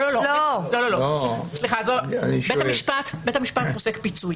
בית המשפט פוסק פיצוי.